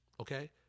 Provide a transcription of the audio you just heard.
Okay